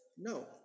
no